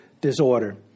disorder